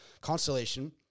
Constellation